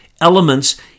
elements